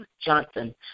Johnson